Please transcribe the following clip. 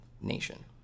nation